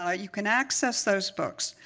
ah you can access those books.